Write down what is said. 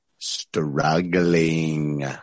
struggling